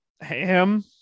ham